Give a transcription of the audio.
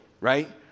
Right